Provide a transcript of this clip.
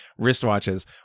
wristwatches